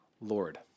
Lord